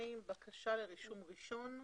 בקשה לרישום ראשון,